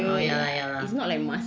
a'ah ya lah ya lah